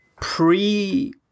pre